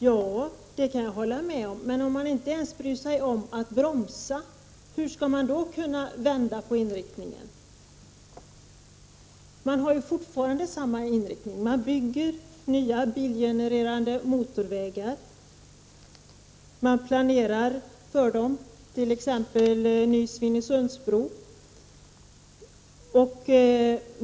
Ja, det kan jag hålla med om, men om man inte ens bryr sig om att bromsa, hur skall man då kunna vända på inriktningen? Man har fortfarande samma inriktning. Man bygger nya bilgenererande motorvägar. Man planerar för dem, t.ex. en ny Svinesundsbro.